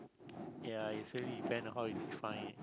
ya it's really depend on how you define it